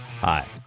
Hi